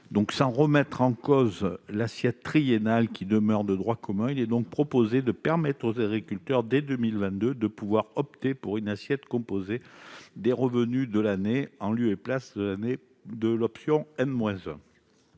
Sans remettre en cause l'assiette triennale, qui demeure le régime de droit commun, il est donc proposé de permettre aux agriculteurs, dès 2022, de pouvoir opter pour une assiette composée des revenus de l'année, en lieu et place de l'option pour